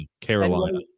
Carolina